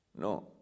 No